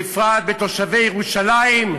בפרט בתושבי ירושלים,